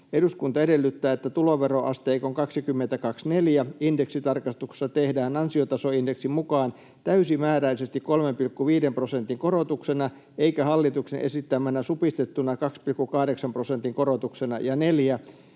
Eduskunta edellyttää, että tuloveroasteikon 2024 indeksitarkastuksessa tehdään ansiotasoindeksin mukaan täysimääräisesti 3,5 prosentin korotuksena eikä hallituksen esittämänä supistettuna 2,8 prosentin korotuksena. 4.